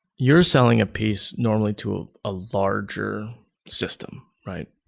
you're selling a piece normally to a larger system, right?